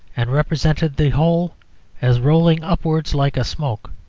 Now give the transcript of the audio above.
and represented the whole as rolling upwards like a smoke